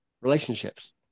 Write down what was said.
relationships